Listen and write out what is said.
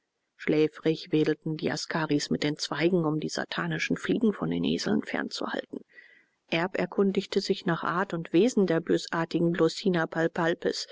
schläfrig wedelten die askaris mit den zweigen um die satanischen fliegen von den eseln fernzuhalten erb erkundigte sich nach art und wesen der bösartigen